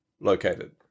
located